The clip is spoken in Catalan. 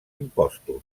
impostos